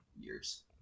years